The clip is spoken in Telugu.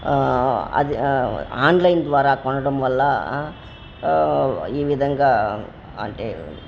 అది ఆన్లైన్ ద్వారా కొనడం వల్ల ఈ విధంగా అంటే